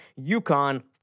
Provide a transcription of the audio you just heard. UConn